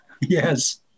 Yes